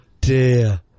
dear